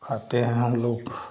खाते हैं हम लोग